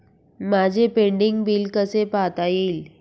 माझे pending bill कसे पाहता येईल?